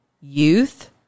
youth